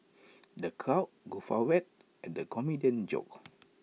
the crowd guffawed at the comedian's jokes